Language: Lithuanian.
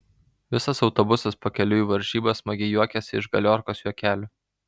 visas autobusas pakeliui į varžybas smagiai juokėsi iš galiorkos juokelių